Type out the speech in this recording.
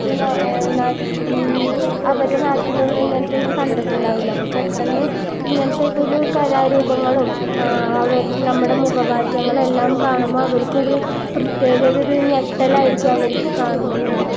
പിന്നെ അവരെ നാട്ടിലൊന്നും ഇങ്ങനത്തെ ഒന്നും കണ്ടിട്ടുണ്ടാവില്ല അപ്പം പെട്ടെന്ന് ഇങ്ങനത്തെ ഒരു കലാ രൂപങ്ങളും അവർ നമ്മുടെ മുഖ മാറ്റങ്ങളെല്ലാം കാണുമ്പം അവർക്ക് ഒരു പ്രത്യേക ഒരു ഞെട്ടലായിരിക്കും അവർക്ക് കാണുമ്പോൾ ഉണ്ടാവുക